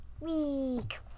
week